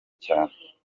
cyane